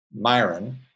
Myron